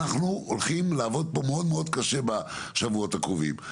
אנחנו הולכים לעבוד פה מאוד מאוד קשה בשבועות הקרובים.